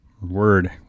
Word